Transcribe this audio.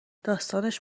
داستانش